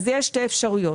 אז יש שתי אפשרויות.